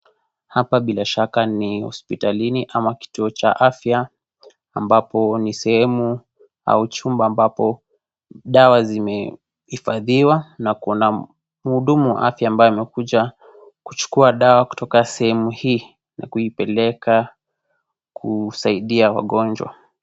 Hapa bila Shaka ni hospitalini ama kituo cha afya ambapo ni sehemu au chumba ambapo dawa zimeifadhiwa na kuna mhudumu wa afya ambaye amekuja kuchukua dawa kutoka sehemu hii na kuipeleka kusaidia wagonjwa.